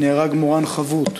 נהרג מורן חבוט,